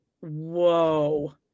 whoa